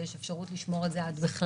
ויש אפשרות לשמור את זה עד בכלל.